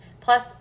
plus